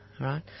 right